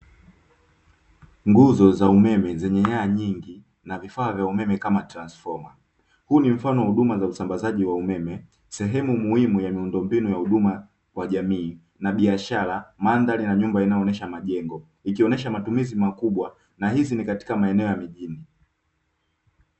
Nguzo za umeme zenye nyaya nyingi na vifaa vya umeme kama transfoma. Huu ni mfano wa huduma za usambazaji wa umeme, sehemu muhimu ya miundombinu ya huduma kwa jamii na biashara. Mandhari na nyumba inayoonyesha majengo, ikionyesha matumizi makubwa na hizi ni katika maeneo ya mijini.